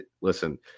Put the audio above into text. listen